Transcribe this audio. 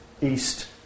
east